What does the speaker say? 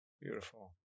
Beautiful